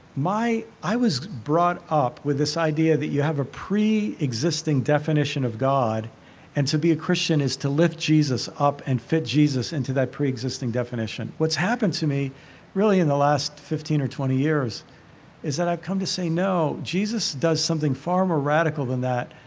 i was brought up with this idea that you have a pre-existing definition of god and to be a christian is to lift jesus up and fit jesus into that pre-existing definition. what's happened to me really in the last fifteen or twenty years is that i've come to say no. jesus does something far more radical than that.